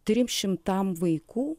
trims šimtam vaikų